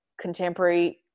contemporary